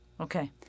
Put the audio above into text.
Okay